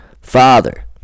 father